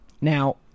Now